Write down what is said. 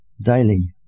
daily